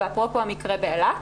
ואפרופו המקרה באילת,